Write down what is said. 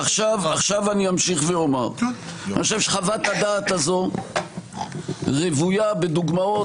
אני אמשיך ואומר: אני חושב שחוות-הדעת הזאת רוויה בדוגמאות,